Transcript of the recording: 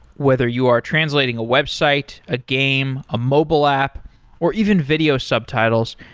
whether you are translating a website, a game, a mobile app or even video subtitles,